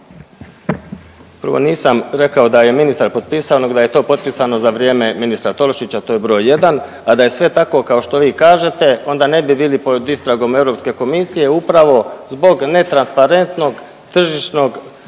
Prvo, nisam rekao da je ministar potpisao, nego da je to potpisano za vrijeme ministra Tolušića to je broj jedan. A da je sve tako kao što vi kažete onda ne bi bili pod istragom Europske komisije upravo zbog netransparentnog tržišnog